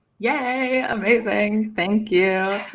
yeah amazing. thank you!